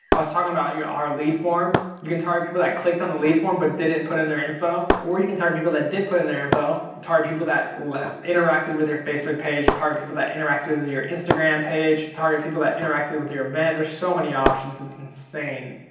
i was talking about our lead form. you can target people that clicked on the lead form, but didn't put in their info. or you can target people that did put in their info, target people that interacted with your facebook page, target people that interacted with your instagram page, target people that interacted with your event. there's so many options it's insane.